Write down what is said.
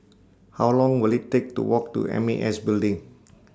How Long Will IT Take to Walk to M A S Building